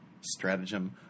Stratagem